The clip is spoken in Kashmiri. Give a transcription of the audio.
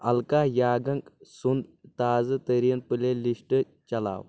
الکا یاگنک سُند تازٕ تٔریٖن پلے لسٹ چلاو